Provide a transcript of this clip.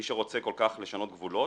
מי שרוצה כל כך לשנות גבולות,